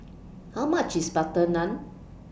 How much IS Butter Naan